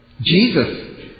Jesus